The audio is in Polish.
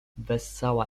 wessała